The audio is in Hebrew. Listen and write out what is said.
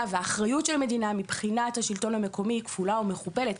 והאחריות של המדינה מבחינת השלטון המקומי היא כפולה ומכופלת,